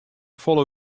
folle